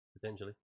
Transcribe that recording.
Potentially